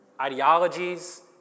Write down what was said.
ideologies